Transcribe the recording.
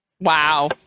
Wow